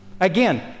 Again